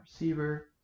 receiver